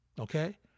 Okay